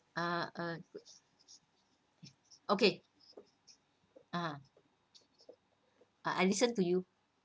ah uh okay ah I I listen to you